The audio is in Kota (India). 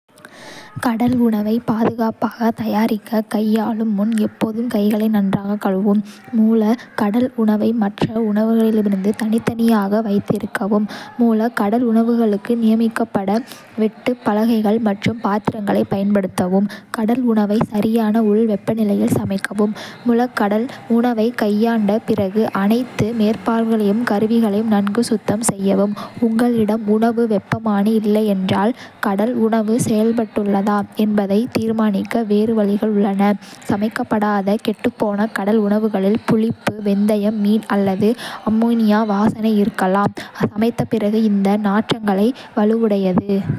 கடல் உணவைப் பாதுகாப்பாகத் தயாரிக்க, கையாளும் முன் எப்போதும் கைகளை நன்றாகக் கழுவவும், மூல கடல் உணவை மற்ற உணவுகளிலிருந்து தனித்தனியாக வைத்திருக்கவும், மூல கடல் உணவுகளுக்கு நியமிக்கப்பட்ட வெட்டுப் பலகைகள் மற்றும் பாத்திரங்களைப் பயன்படுத்தவும், கடல் உணவை சரியான உள் வெப்பநிலையில் சமைக்கவும், மூல கடல் உணவைக் கையாண்ட பிறகு அனைத்து மேற்பரப்புகளையும் கருவிகளையும் நன்கு சுத்தம் செய்யவும். உங்களிடம் உணவு வெப்பமானி இல்லையென்றால், கடல் உணவு செய்யப்பட்டுள்ளதா என்பதைத் தீர்மானிக்க வேறு வழிகள் உள்ளன. சமைக்கப்படாத கெட்டுப்போன கடல் உணவுகளில் புளிப்பு, வெந்தயம், மீன் அல்லது அம்மோனியா வாசனை இருக்கலாம். சமைத்த பிறகு இந்த நாற்றங்கள் வலுவடையும்.